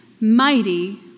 mighty